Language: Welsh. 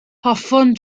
hoffwn